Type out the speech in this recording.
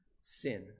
sin